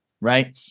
Right